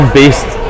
based